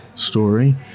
story